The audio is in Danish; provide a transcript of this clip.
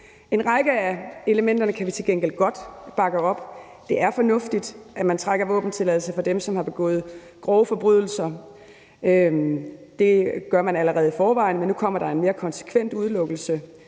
En række af elementerne kan vi til gengæld godt bakke op. Det er fornuftigt, at man trækker våbentilladelse fra dem, som har gået grove forbrydelser. Det gør man allerede i forvejen, men nu kommer der en mere konsekvent udelukkelse,